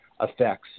effects